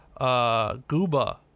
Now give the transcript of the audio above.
Gooba